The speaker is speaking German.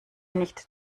nicht